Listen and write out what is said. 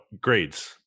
grades